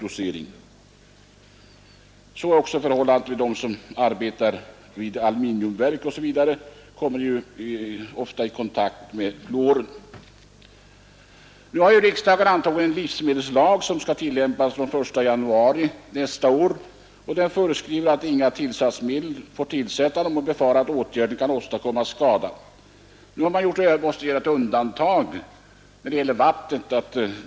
Även de som arbetar vid t.ex. aluminiumverk kommer ofta i kontakt med fluoren. Riksdagen har antagit en livsmedelslag som skall tillämpas från den 1 januari nästa år. Där föreskrivs att inga medel får tillsättas, om det kan befaras att åtgärden kan åstadkomma skada. I lagen har man måst göra ett undantag för vattnet.